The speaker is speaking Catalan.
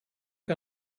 que